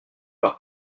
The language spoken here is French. par